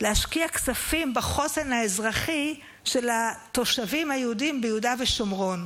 להשקיע כספים בחוסן האזרחי של התושבים היהודים ביהודה ושומרון.